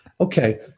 okay